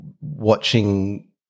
watching